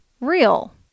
real